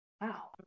wow